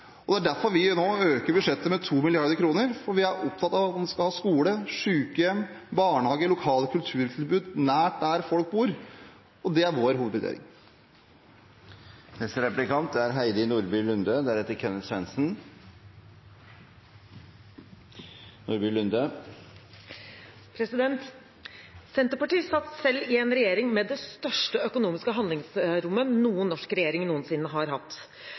kritisk. Det er derfor vi nå øker budsjettet med 2 mrd. kr, for vi er opptatt av at vi skal ha skole, sykehjem, barnehage, lokale kulturtilbud nær der folk bor. Det er vår hovedvurdering. Senterpartiet satt selv i en regjering med det største økonomiske handlingsrommet som en norsk regjering noensinne har hatt.